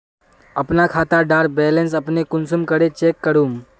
अपना खाता डार बैलेंस अपने कुंसम करे चेक करूम?